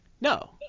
no